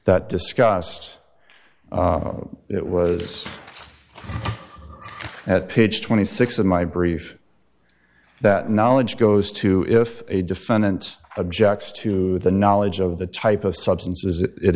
that discussed it was at page twenty six of my brief that knowledge goes to if a defendant objects to the knowledge of the type of substances it